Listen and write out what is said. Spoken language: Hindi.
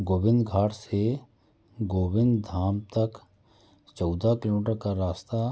गोविंद घाट से गोविंद धाम तक चौदह किलोमीटर का रास्ता